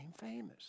famous